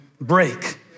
break